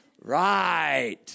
Right